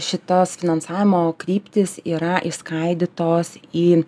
šitos finansavimo kryptys yra išskaidytos į